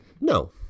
No